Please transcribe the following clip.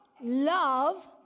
love